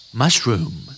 mushroom